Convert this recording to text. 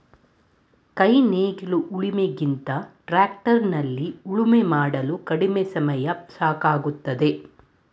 ಕೈ ನೇಗಿಲು ಉಳಿಮೆ ಗಿಂತ ಟ್ರ್ಯಾಕ್ಟರ್ ನಲ್ಲಿ ಉಳುಮೆ ಮಾಡಲು ಕಡಿಮೆ ಸಮಯ ಸಾಕಾಗುತ್ತದೆ